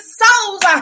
souls